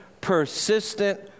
persistent